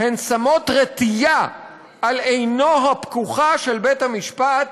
"הן שמות רטייה על עינו הפקוחה של בית-המשפט,